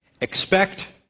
Expect